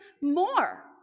more